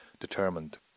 determined